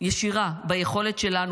ישירה ביכולת שלנו,